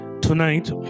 tonight